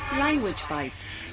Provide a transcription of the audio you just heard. language bites